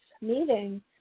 meeting